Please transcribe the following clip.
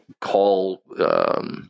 call